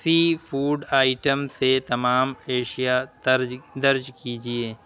سی food item سے تمام اشیا درج کیجیے